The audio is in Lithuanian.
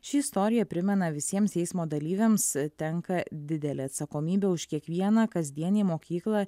ši istorija primena visiems eismo dalyviams tenka didelė atsakomybė už kiekvieną kasdien į mokyklą